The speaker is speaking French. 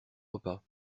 repas